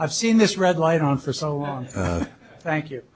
i've seen this red light on for so long thank you